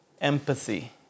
empathy